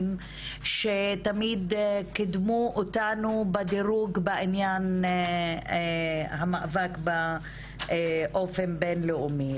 שתמיד קידמו אותנו בדירוג בעניין המאבק באופן בינלאומי.